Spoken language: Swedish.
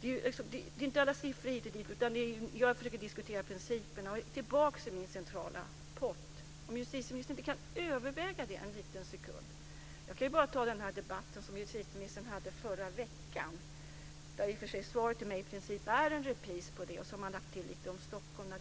Det handlar inte om siffror hit och dit. Jag försöker diskutera principerna. Jag vill tillbaka till frågan om en central pott. Kan justitieministern inte överväga en central pott en liten sekund? Jag kan bara nämna debatten som justitieministern deltog i förra veckan. Det svar jag har fått i dag är en repris av svaret förra veckan. Man har lagt till lite om Stockholm.